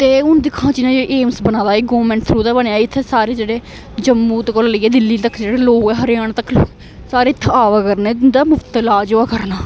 ते हून दिक्ख हां जियां एम्स बना दा गौरमेंट थ्रू ते बनेआ इत्थै सारे जेह्ड़े जम्मू त कोला लेइयै दिल्ली तक जेह्ड़े लोक ऐ हरियाण तक सारे इत्थै आवा करने उंदा मुफ्त इलाज होआ करना